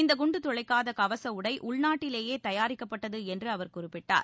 இந்த குண்டு துளைக்காத கவச உடை உள்நாட்டிலேய தயாரிக்கப்பட்டது என்று அவர் குறிப்பிட்டார்